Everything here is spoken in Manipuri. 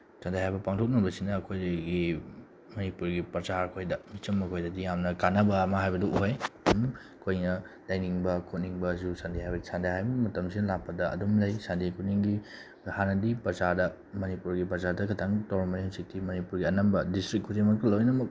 ꯁꯥꯟꯅꯩ ꯍꯥꯏꯕ ꯄꯥꯡꯊꯣꯛꯂꯝꯕꯁꯤꯅ ꯑꯩꯈꯣꯏꯗꯒꯤ ꯃꯅꯤꯄꯨꯔꯒꯤ ꯄ꯭ꯔꯖꯥ ꯑꯩꯈꯣꯏꯗ ꯃꯤꯆꯝ ꯑꯩꯈꯣꯏꯗꯗꯤ ꯌꯥꯝꯅ ꯀꯥꯟꯅꯕ ꯑꯃ ꯍꯥꯏꯕꯗꯨ ꯑꯣꯏ ꯑꯗꯨꯝ ꯑꯩꯈꯣꯏꯅ ꯂꯩꯅꯤꯡꯕ ꯈꯣꯠꯅꯤꯡꯕ ꯑꯁꯤꯁꯨ ꯁꯟꯗꯦ ꯍꯥꯏꯕ ꯃꯇꯝꯁꯤꯅ ꯂꯥꯛꯄꯗ ꯑꯗꯨꯝ ꯂꯩ ꯁꯟꯗꯦ ꯈꯨꯗꯤꯡꯒꯤ ꯍꯥꯟꯅꯗꯤ ꯄ꯭ꯔꯖꯥꯗ ꯃꯅꯤꯄꯨꯔꯒꯤ ꯄ꯭ꯔꯖꯥꯗ ꯈꯤꯇꯪ ꯇꯧꯔꯝꯕꯅꯦ ꯍꯧꯖꯤꯛꯇꯤ ꯃꯅꯤꯄꯨꯔꯒꯤ ꯑꯅꯝꯕ ꯗꯤꯁꯇ꯭ꯔꯤꯛ ꯈꯨꯗꯤꯡꯃꯛꯇ ꯂꯣꯏꯅꯃꯛ